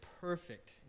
perfect